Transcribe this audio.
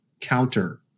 counter